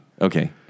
okay